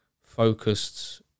focused